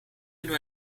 nur